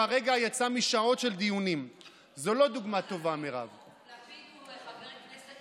אז לא מספיק שביום שבו היא מעבירה איסור הפגנות,